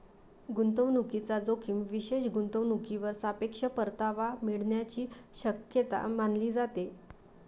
गुंतवणूकीचा जोखीम विशेष गुंतवणूकीवर सापेक्ष परतावा मिळण्याची शक्यता मानली जाते